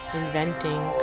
inventing